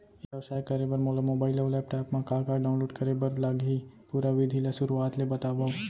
ई व्यवसाय करे बर मोला मोबाइल अऊ लैपटॉप मा का का डाऊनलोड करे बर लागही, पुरा विधि ला शुरुआत ले बतावव?